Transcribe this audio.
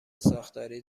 ساختاری